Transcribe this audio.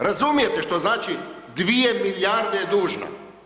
Razumijete što znači, 2 milijarde je dužna.